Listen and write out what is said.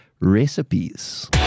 recipes